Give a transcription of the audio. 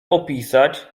opisać